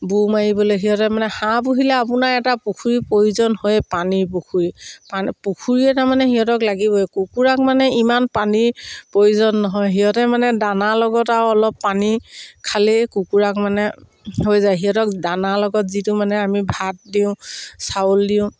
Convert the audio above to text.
বুৰ মাৰিবলৈ সিহঁতে মানে হাঁহ পুহিলে আপোনাৰ এটা পুখুৰীৰ প্ৰয়োজন হয় পানীৰ পুখুৰী পান পুখুৰী এটা মানে সিহঁতক লাগিবই কুকুৰাক মানে ইমান পানীৰ প্ৰয়োজন নহয় সিহঁতে মানে দানাৰ লগত আৰু অলপ পানী খালেই কুকুৰাক মানে হৈ যায় সিহঁতক দানাৰ লগত যিটো মানে আমি ভাত দিওঁ চাউল দিওঁ